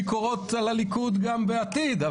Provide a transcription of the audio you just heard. ביקורות על הליכוד גם בעתיד,